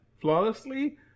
flawlessly